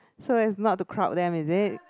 so as not to crowd them is it